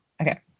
Okay